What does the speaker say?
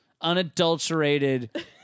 unadulterated